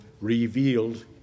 revealed